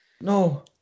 No